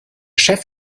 chef